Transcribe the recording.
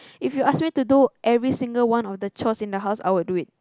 if you ask me to do every single one of the chores in the house I would do it